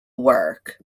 work